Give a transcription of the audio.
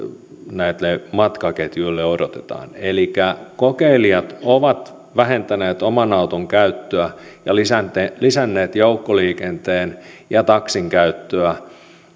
näiltä matkaketjuilta odotetaan elikkä kokeilijat ovat vähentäneet oman auton käyttöä ja lisänneet lisänneet joukkoliikenteen ja taksin käyttöä